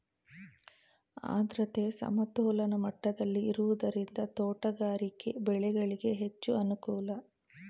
ಆದ್ರತೆ ಸಮತೋಲನ ಮಟ್ಟದಲ್ಲಿ ಇರುವುದರಿಂದ ತೋಟಗಾರಿಕೆ ಬೆಳೆಗಳಿಗೆ ಹೆಚ್ಚು ಅನುಕೂಲ